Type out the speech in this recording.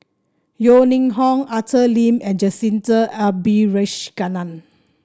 Yeo Ning Hong Arthur Lim and Jacintha Abisheganaden